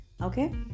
okay